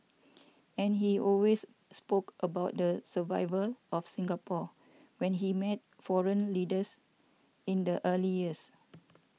and he always spoke about the survival of Singapore when he met foreign leaders in the early years